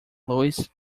louis